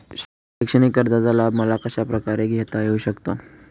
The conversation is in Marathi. शैक्षणिक कर्जाचा लाभ मला कशाप्रकारे घेता येऊ शकतो?